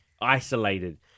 isolated